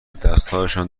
دستهایشان